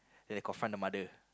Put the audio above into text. they confront the mother